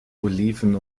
oliven